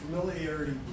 Familiarity